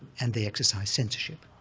and they exercised censorship,